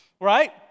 right